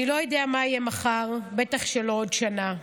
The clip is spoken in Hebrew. אני לא יודע מה יהיה מחר, בטח שלא עוד שנה.